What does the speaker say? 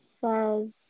says